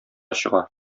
чыга